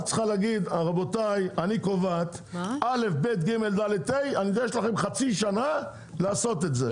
את צריכה להגיד שאת קובעת דברים ויש חצי שנה לעשות את זה,